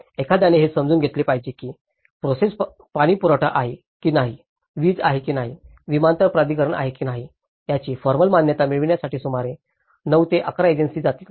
एखाद्याने हे समजून घेतले पाहिजे की ही प्रोसेस पाणीपुरवठा आहे की नाही वीज आहे की नाही विमानतळ प्राधिकरण आहे की नाही याची फॉर्मल मान्यता मिळविण्यासाठी सुमारे 9 ते 11 एजन्सी जातील